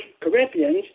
Corinthians